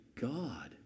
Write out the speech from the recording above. God